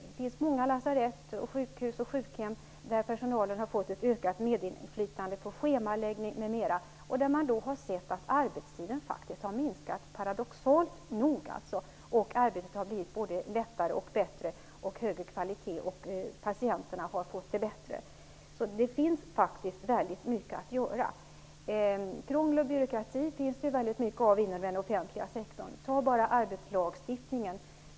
Det finns många lasarett, sjukhus och sjukhem där personalen har fått ett ökat medinflytande över schemaläggning m.m. Där har man sett att arbetstiden faktiskt har minskat, paradoxalt nog, arbetet har blivit både lättare, bättre och av högre kvalitet, och patienterna har fått det bättre. Det finns faktiskt väldigt mycket att göra. Krånglig byråkrati finns det ju väldigt mycket av inom den offentliga sektorn. Ta bara arbetslagstiftningen.